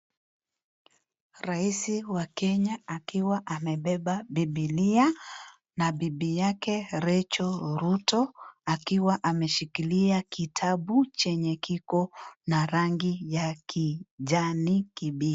Raisi wa Kenya akiwa amebeba bibilia, na bibi yake Rachel Ruto akiwa ameshikilia kitabu chenye kiko na rangi ya kijani kibichi.